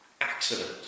accident